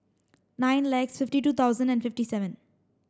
nine likes fifty two thousand and fifty seven